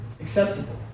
acceptable